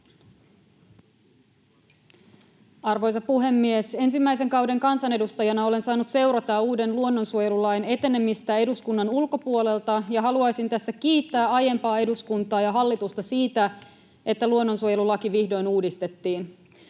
Arvoisa puhemies! Ensimmäisen kauden kansanedustajana olen saanut seurata eduskunnan ulkopuolelta uuden luonnonsuojelulain etenemistä, ja haluaisin tässä kiittää aiempaa eduskuntaa ja hallitusta siitä, että luonnonsuojelulaki vihdoin uudistettiin.